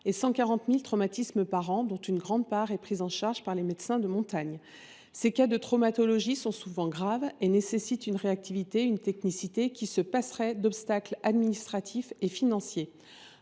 et 140 000 traumatismes par an, dont une grande part est prise en charge par les médecins de montagne. Ces cas de traumatologie sont souvent graves et nécessitent une réactivité et une technicité qui se passeraient d’obstacles administratifs et financiers.